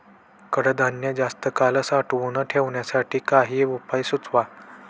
कडधान्य जास्त काळ साठवून ठेवण्यासाठी काही उपाय सुचवा?